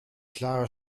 klarer